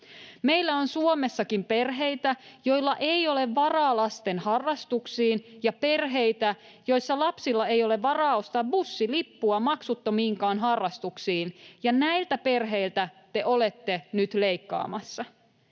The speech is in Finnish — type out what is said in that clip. Meillä on Suomessakin perheitä, joilla ei ole varaa lasten harrastuksiin, ja perheitä, joissa lapsilla ei ole varaa ostaa bussilippua maksuttomiinkaan harrastuksiin. Näiltä perheiltä te olette nyt leikkaamassa.